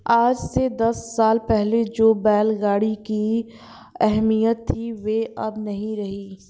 आज से दस साल पहले जो बैल गाड़ी की अहमियत थी वो अब नही रही